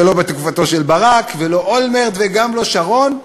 לא בתקופתו של ברק ולא אולמרט וגם לא שרון.